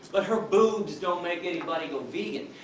but her boobs don't make anybody go vegan!